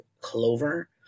Clover